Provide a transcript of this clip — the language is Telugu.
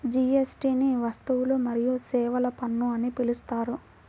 జీఎస్టీని వస్తువులు మరియు సేవల పన్ను అని పిలుస్తారు